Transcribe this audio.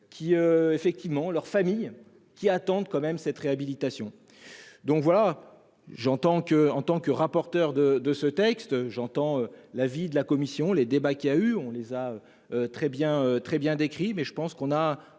qui. Effectivement leurs familles qui attendent quand même cette réhabilitation donc voilà j'entends que en tant que rapporteur de de ce texte. J'entends l'avis de la commission. Les débats qui a eu, on les a. Très bien très bien décrit, mais je pense qu'on a